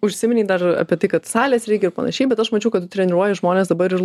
užsiminei dar apie tai kad salės reikia ir panašiai bet aš mačiau kad tu treniruoju žmones dabar ir